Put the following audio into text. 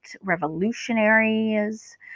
revolutionaries